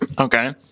Okay